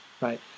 right